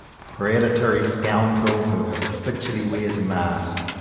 preda tory scoundrel, who habitually wears a mask,